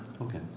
Okay